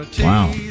Wow